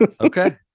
okay